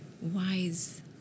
wise